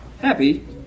happy